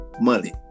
money